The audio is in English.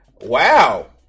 Wow